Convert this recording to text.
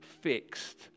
fixed